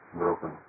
broken